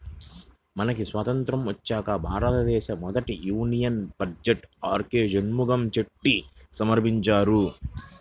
మనకి స్వతంత్రం వచ్చాక భారతదేశ మొదటి యూనియన్ బడ్జెట్ను ఆర్కె షణ్ముఖం చెట్టి సమర్పించారు